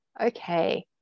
Okay